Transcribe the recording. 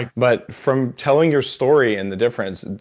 but from telling your story in the difference,